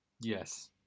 Yes